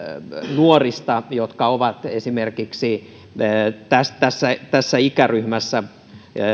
nuorista jotka ovat esimerkiksi tässä tässä ikäryhmässä